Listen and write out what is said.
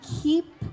keep